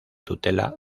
tutela